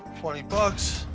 twenty bucks.